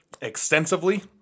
extensively